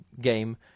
game